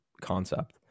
concept